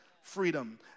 freedom